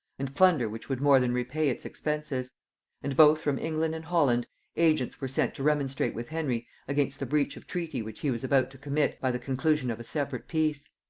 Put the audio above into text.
and plunder which would more than repay its expenses and both from england and holland agents were sent to remonstrate with henry against the breach of treaty which he was about to commit by the conclusion of a separate peace.